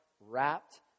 wrapped